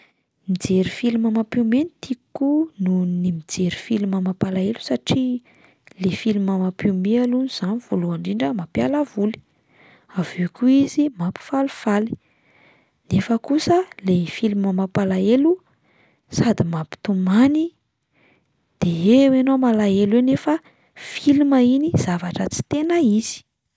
Mijery filma mampiomehy no tiako noho ny mijery filma mampalahelo satria le filma mampiomehy aloha izany voalohany indrindra mampiala voly, avy eo koa izy mampifalifaly, nefa kosa ilay filma mampalahelo sady mampitomany de eo ianao malahelo eo nefa filma iny, zavatra tsy tena izy.